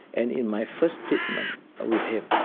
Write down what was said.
and in my first statement with him,